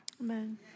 Amen